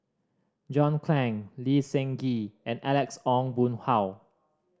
John Clang Lee Seng Gee and Alex Ong Boon Hau